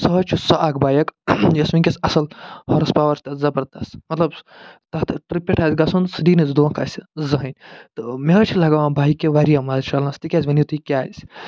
سُہ حظ چھُ سُہ اکھ بایک یَس وٕنۍکٮ۪س اَصٕل ہارٕس پاور تہِ زبردس مطلب تَتھ ٹِرٛپہِ پٮ۪ٹھ آسہِ گَژھُن سُہ دی نہٕ حظ دونٛکھہٕ اَسہِ زٕہٕنۍ تہٕ مےٚ حظ لگاوان بایکہِ وارِیاہ مزٕ چلنس تِکیٛازِ ؤنِو تُہۍ کیٛازِ